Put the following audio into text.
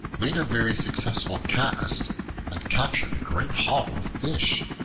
made a very successful cast and captured a great haul of fish.